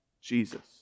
Jesus